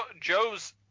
Joe's